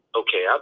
okay